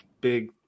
big